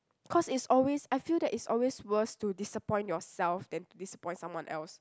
cause it's always I feel that it's always worse to disappoint yourself than to disappoint someone else